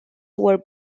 were